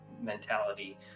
mentality